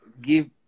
give